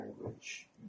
language